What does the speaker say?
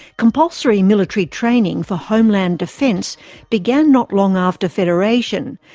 compulsory military training for homeland defence began not long after federation,